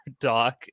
Doc